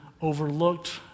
overlooked